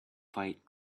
fight